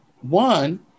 one